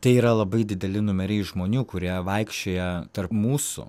tai yra labai dideli numeriai žmonių kurie vaikščioja tarp mūsų